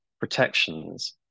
protections